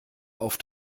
auf